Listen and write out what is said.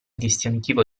distintivo